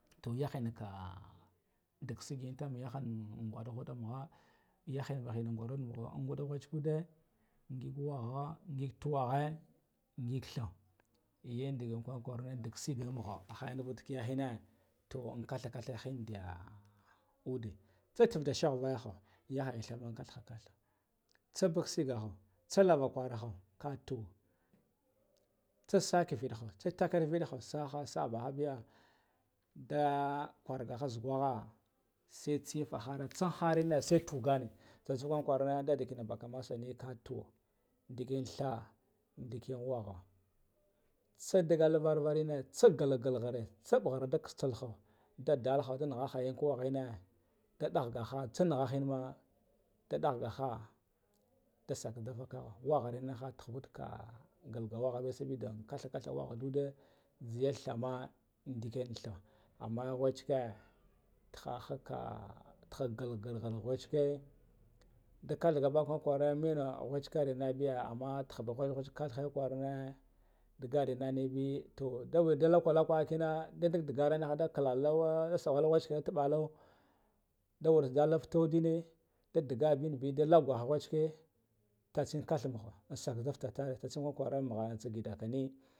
Toh yakhanuku ndug siggen yaham ngagum mukha yakhayan amba ru an nguddu wechi gudde ngig wakha ngig tuwakhe ngig thau, yandigi kunkurune ndag siggan mukha hayan dik kuwa enna toh an katha katha hindiya uddin tsatsig da sheghaya yakhayan gathan bathaha tsabak siggaha tsalavan kwaraha ka tu, tsasa kividanha tsatakir vahan saha sakh baha biya nda kurghaha zugukha sai tsifa hara tsa harrine sai tuganne tsagunan kwarine dadda beka massan tuwu, ndigin tha ndikiyan wakha tsadaglan vara varine tsa gla gla khare tsa bukhar daltasku ndukha wuddakh naha kuwa inna nda duh daha tse nkha inmah du dakha dakh nda sugga kalahu wakha naha tugutka ngla ga wukha nkutha katha udde nzeyan thama in dikiyan tham, amma wachike taha haka taha gal gal kha re wachike ndo kathaga bakwari inna wachiker innabe, amman takha ba kai kurinan ndaga darra nabe to duwe da lakwa lakwa kina da duga dagara kalla lawa wul wachiken tubalin nda warda ngalu futun gine nda dangal benbe tagga wachike tatsen katha mukha nda fattari